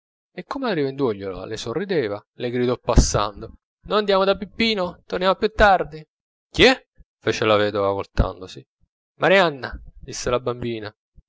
e come la rivendugliola le sorrideva le gridò passando noi andiamo da peppino torniamo più tardi chi è fece la vedova voltandosi marianna disse la bambina è